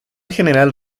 general